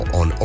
on